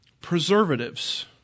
preservatives